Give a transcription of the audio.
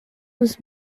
was